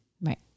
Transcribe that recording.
right